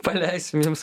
paleisim jums